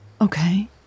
Okay